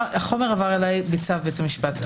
החומר הועבר אליי בצו בית המשפט.